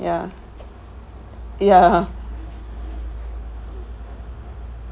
ya ya